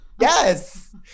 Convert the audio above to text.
Yes